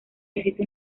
existe